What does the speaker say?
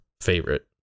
favorite